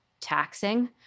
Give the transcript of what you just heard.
taxing